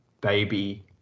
baby